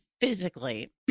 physically